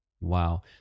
Wow